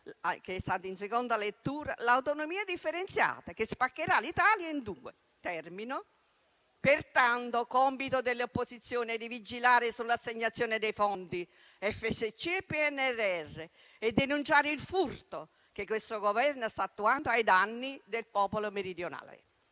lo sapete - in seconda lettura l'autonomia differenziata, che spaccherà l'Italia in due. Pertanto, compito dell'opposizione è vigilare sull'assegnazione dei fondi FSC e PNRR e denunciare il furto che questo Governo sta attuando ai danni del popolo meridionale.